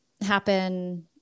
happen